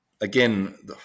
again